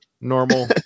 normal